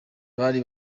bari